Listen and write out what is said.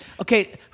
Okay